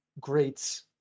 greats